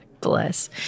bless